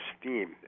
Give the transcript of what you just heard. steam